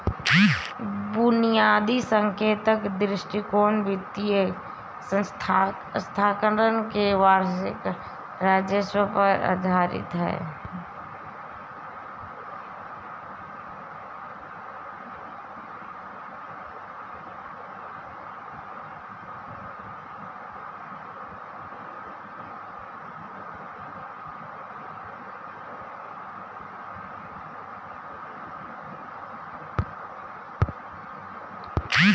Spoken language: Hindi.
बुनियादी संकेतक दृष्टिकोण वित्तीय संस्थान के वार्षिक राजस्व पर आधारित है